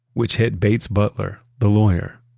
which hit bates butler, the lawyer,